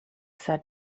said